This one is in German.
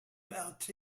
mrt